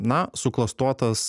na suklastotas